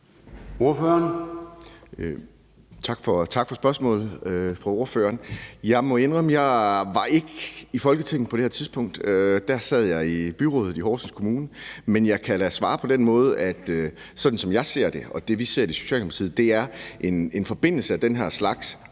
Monberg (S): Tak for spørgsmålet fra ordføreren. Jeg må indrømme, at jeg ikke var i Folketinget på det tidspunkt. Der sad jeg i byrådet i Horsens Kommune. Men jeg kan da svare, at sådan som jeg ser det – og som vi ser det i Socialdemokratiet – er en forbindelse af den her slags,